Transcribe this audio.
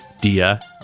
Dia